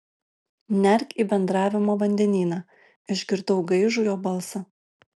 nerk į bendravimo vandenyną išgirdau gaižų jo balsą